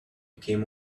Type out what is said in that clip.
came